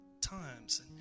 times